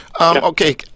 Okay